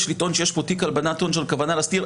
לטעון שיש כאן תיק הלבנת הון עם כוונה להסתיר,